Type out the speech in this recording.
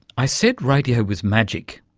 i said radio was magic,